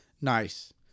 Nice